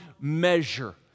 measure